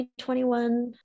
2021